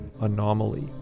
Anomaly